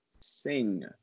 Sing